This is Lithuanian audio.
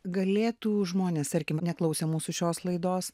galėtų žmonės tarkim neklausę mūsų šios laidos